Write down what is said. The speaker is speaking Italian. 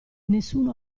nessuno